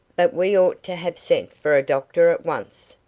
but we ought to have sent for a doctor at once.